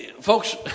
Folks